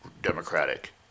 Democratic